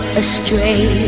astray